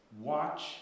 watch